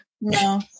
No